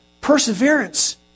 Perseverance